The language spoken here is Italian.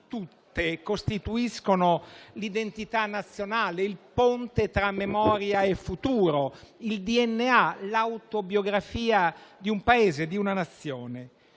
tutte costituiscono l'identità nazionale, il ponte tra memoria e futuro, il DNA, l'autobiografia di un Paese, di una Nazione,